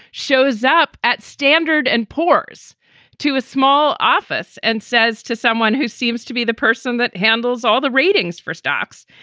shows up at standard and poor's to a small office and says to someone who seems to be the person that handles all the ratings for stocks.